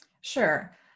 Sure